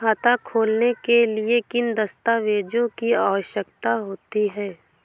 खाता खोलने के लिए किन दस्तावेजों की आवश्यकता होती है?